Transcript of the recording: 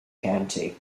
county